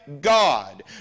God